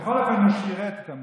בכל אופן, הוא שירת את המדינה.